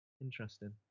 Interesting